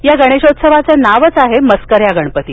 या गणेशोत्सवाच नावच आहे मस्कन्या गणपती